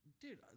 Dude